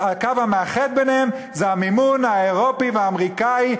הקו המאחד ביניהם זה המימון האירופי והאמריקני,